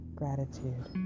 gratitude